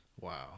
Wow